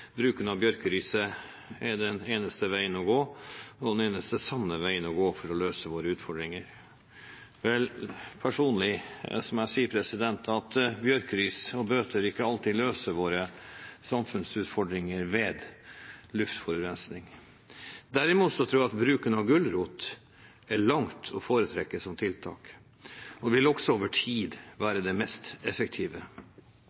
bruken av bjørkeriset er den eneste veien å gå – den eneste sanne veien å gå – for å løse våre utfordringer. Vel, personlig må jeg si at bjørkeris og bøter ikke alltid løser våre samfunnsutfordringer ved luftforurensning. Derimot tror jeg at bruken av gulrot er langt å foretrekke som tiltak, og vil også over tid være det mest effektive.